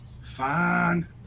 fine